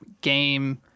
game